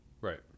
right